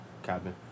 Cabin